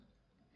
best